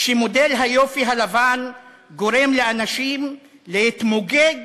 כשמודל היופי הלבן גורם לאנשים להתמוגג,